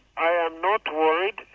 i am not worried.